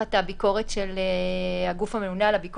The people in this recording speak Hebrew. תחת הביקורת של הגוף הממונה על הביקורת.